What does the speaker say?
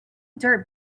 dirt